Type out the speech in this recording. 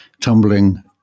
tumbling